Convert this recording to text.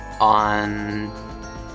on